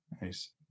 Nice